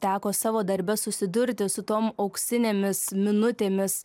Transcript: teko savo darbe susidurti su tom auksinėmis minutėmis